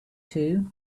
two